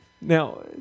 Now